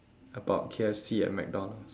about K_F_C and mcdonald's